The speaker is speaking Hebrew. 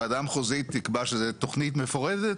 וועדה מחוזית תקבע שזו תוכנית מפורטת,